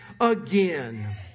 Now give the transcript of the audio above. again